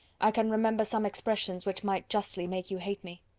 i can remember some expressions which might justly make you hate me.